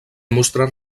mostrar